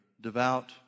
devout